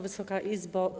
Wysoka Izbo!